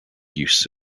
use